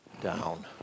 down